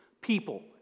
people